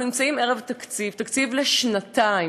אנחנו נמצאים ערב תקציב, תקציב לשנתיים.